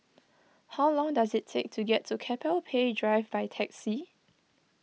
how long does it take to get to Keppel Bay Drive by taxi